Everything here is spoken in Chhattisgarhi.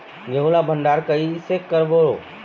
गेहूं ला भंडार कई से करबो?